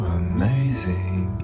amazing